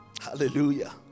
hallelujah